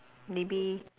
maybe